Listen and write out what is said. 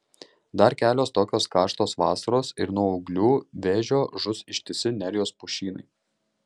dar kelios tokios karštos vasaros ir nuo ūglių vėžio žus ištisi nerijos pušynai